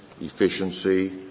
efficiency